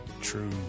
true